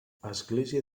església